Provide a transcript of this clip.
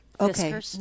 okay